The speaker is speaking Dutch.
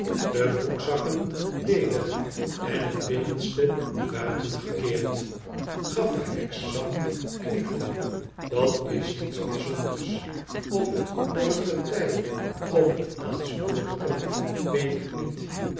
de broekzakken ledig en het binnenste buiten gekeerd gaffer hexam luiikte idat is niets bijzonders of het door het getij of het aanspoelen komt weet ik niet